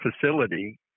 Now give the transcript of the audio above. facility